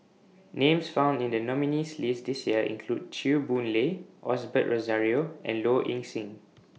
Names found in The nominees' list This Year include Chew Boon Lay Osbert Rozario and Low Ing Sing